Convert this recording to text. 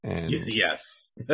Yes